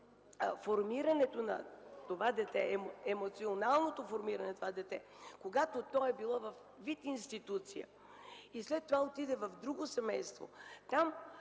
формирането на това дете, емоционалното му формиране, когато то е било в институция и след това отиде в друго семейство,